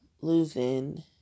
losing